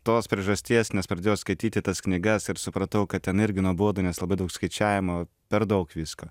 tos priežasties nes pradėjau skaityti tas knygas ir supratau kad ten irgi nuobodu nes labai daug skaičiavimo per daug visko